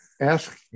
ask